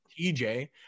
TJ